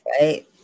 right